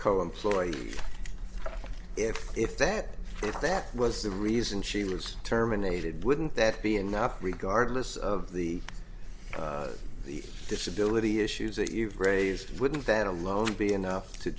co employee if if that if that was the reason she was terminated wouldn't that be enough regardless of the the disability issues that you've raised with that alone be enough to